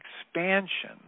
expansion